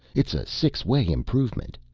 it's a six-way improvement.